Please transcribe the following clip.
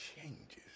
changes